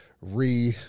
re